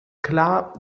klar